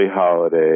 Holiday